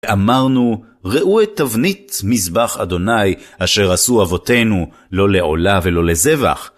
אמרנו, ראו את תבנית מזבח אדוני אשר עשו אבותינו, לא לעולה ולא לזבח.